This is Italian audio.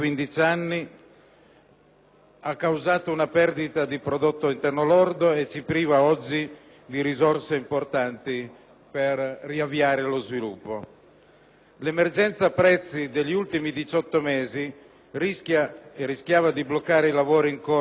ha causato una perdita di prodotto interno lordo e ci priva oggi di risorse importanti per riavviare lo sviluppo. L'emergenza prezzi degli ultimi 18 mesi rischiava di bloccare i lavori in corso nelle infrastrutture,